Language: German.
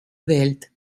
welt